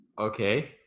Okay